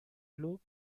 club